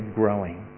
growing